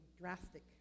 drastic